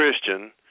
Christian